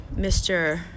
Mr